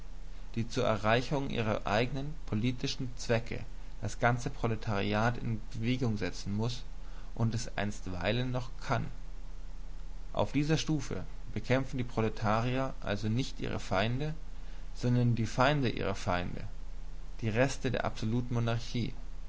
die zur erreichung ihrer eigenen politischen zwecke das ganze proletariat in bewegung setzen muß und es einstweilen noch kann auf dieser stufe bekämpfen die proletarier also noch nicht ihre feinde sondern die feinde ihrer feinde die reste der absoluten monarchie